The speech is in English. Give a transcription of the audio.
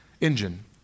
engine